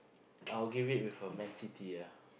I will give it with a Man-City ah